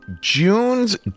June's